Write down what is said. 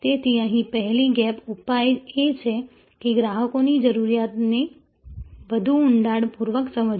તેથી અહીં પેલી ગેપ ઉપાય એ છે કે ગ્રાહકોની જરૂરિયાતને વધુ ઊંડાણપૂર્વક સમજવી